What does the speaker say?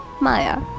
Maya